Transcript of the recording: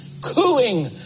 cooing